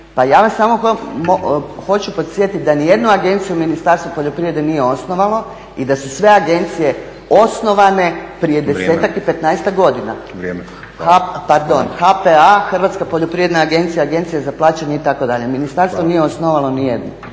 pa ja vas samo mogu podsjetiti da nijednu agenciju Ministarstvo poljoprivrede nije osnovalo i da su sve agencije osnovane prije desetak i petnaestak godina. **Stazić, Nenad (SDP)** Vrijeme. **Španjol, Snježana** HPA-a Hrvatska poljoprivredna agencija, Agencija za plaćanje itd. ministarstvo nije osnovalo nijednu.